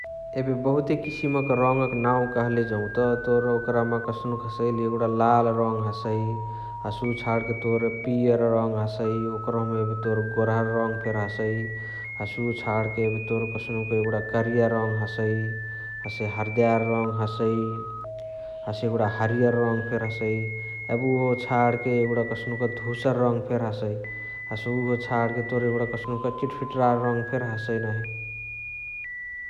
एबे बहुते किसिम क रङका नाउ कहले जौत तोर ओकरमा कस्नुक हसइ एगुणा लाल रङ हसइ । हसे उअ छणके तोर पियार रङ हसइ ओकर्हुम एबे तोर गोरहर रङ फेरी हसइ । हसे उअ छणके एबे तोर कस्नुक एगुणा कारीय रङ हसइ, हसे हरद्यार रङ हसइ । हसे एगुणा हरियार रङ फेरी हसइ । एबे उहो छाणके एगुणा तोर कस्नुक धुसर रङ फेरी हसइ । हसे उअ छाणके तोर एगुणा कस्नुक चिटफिटरार रङ फेरी हसइ नाही ।